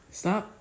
stop